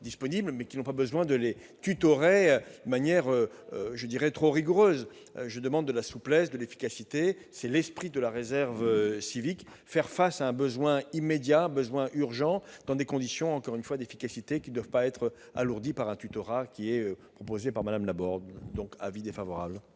mais qui n'ont pas besoin de les former de manière trop rigoureuse. Je demande de la souplesse et de l'efficacité. Tel est l'esprit de la réserve civique : faire face à un besoin immédiat et urgent dans des conditions d'efficacité qui ne doivent pas être alourdies par le tutorat proposé par Mme Laborde. L'avis du